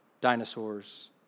dinosaurs